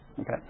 okay